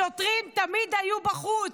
שוטרים תמיד היו בחוץ.